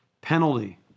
penalty